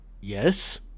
Yes